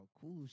cool